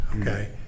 okay